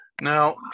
Now